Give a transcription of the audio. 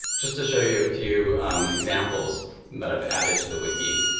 just to show you a few examples that i've added to the wiki,